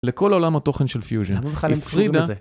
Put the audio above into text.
לכל עולם התוכן של פיוז'ן, הפרידה...